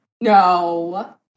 No